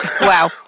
wow